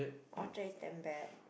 Orchard is damn bad